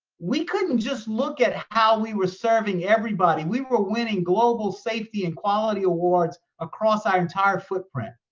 we couldn't just look at how we were serving everybody, we were winning global safety and quality awards across our entire footprint.